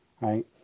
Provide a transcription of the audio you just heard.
Right